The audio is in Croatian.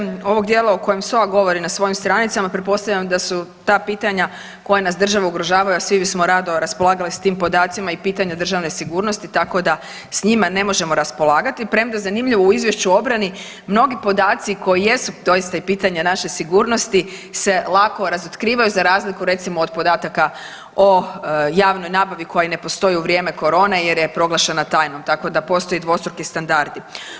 Dakle, što se tiče ovog dijela o kojem SOA govori na svojim stranicama, pretpostavljam da su ta pitanja koje nas države ugrožavaju, a svi bismo rado raspolagali s tim podacima i pitanje državne sigurnosti, tako da s njima ne možemo raspolagati, premda zanimljivo u izvješću o obrani mnogi podaci koji jesu doista i pitanje naše sigurnosti se lako razotkrivaju za razliku recimo od podataka o javnoj nabavi koja i ne postoji u vrijeme korone jer je proglašena tajnom, tako da postoje dvostruki standardi.